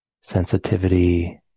sensitivity